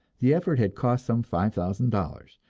the effort had cost some five thousand dollars,